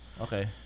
Okay